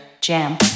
jam